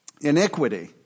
Iniquity